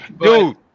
dude